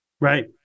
Right